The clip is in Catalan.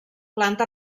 planta